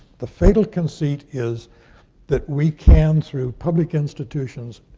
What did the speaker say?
the fatal conceit is that we can, through public institutions,